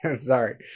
Sorry